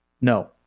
no